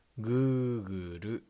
Google